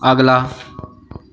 ਅਗਲਾ